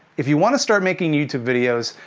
if you wanna start making youtube videos,